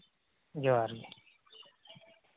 ᱡᱚᱦᱟᱨ ᱜᱮ